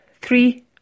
three